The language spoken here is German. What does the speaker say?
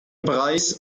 preis